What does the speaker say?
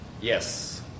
Yes